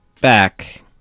back